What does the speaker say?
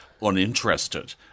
uninterested